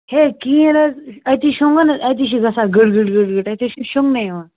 ہے کِہیٖنۍ حظ أتی شۄنٛگو نہٕ حظ أتی چھِ گژھان گٕڑ گٕڑ گٕڑ گٕڑ اَتہِ حظ چھِنہٕ شۄنٛگنَے یِوان